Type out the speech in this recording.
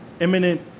imminent